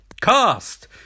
Cast